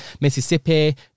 Mississippi